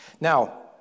Now